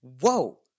whoa